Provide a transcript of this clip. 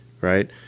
right